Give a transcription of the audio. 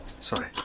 Sorry